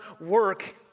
work